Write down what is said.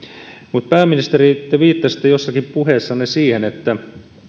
pääministeri te viittasitte jossakin puheessanne siihen että